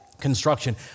construction